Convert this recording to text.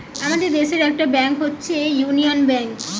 আমাদের দেশের একটা ব্যাংক হচ্ছে ইউনিয়ান ব্যাঙ্ক